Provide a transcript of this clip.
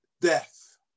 death